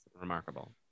remarkable